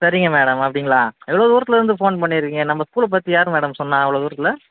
சரிங்க மேடம் அப்படிங்களா இவ்வளோ தூரத்துலேருந்து ஃபோன் பண்ணிருக்கீங்கள் நம்ம ஸ்கூலை பற்றி யாரு மேடம் சொன்னா அவ்வளோ தூரத்தில்